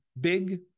big